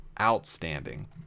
outstanding